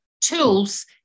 tools